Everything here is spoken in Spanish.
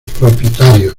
propietarios